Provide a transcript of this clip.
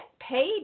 paid